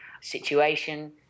situation